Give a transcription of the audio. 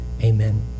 Amen